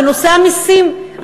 בנושא המסים,